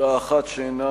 הודעה אחת שאינה